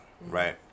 right